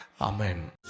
Amen